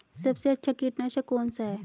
सबसे अच्छा कीटनाशक कौन सा है?